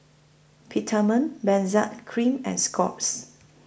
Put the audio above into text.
Peptamen Benzac Cream and Scott's